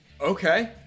Okay